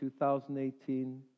2018